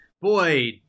Boy